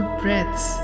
breaths